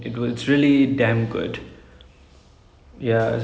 oh it's a so it's a Netflix show lah oh I didn't know that